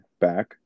back